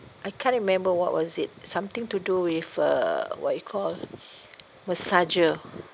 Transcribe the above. I can't remember what was it something to do with uh what you call massager